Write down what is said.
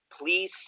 Please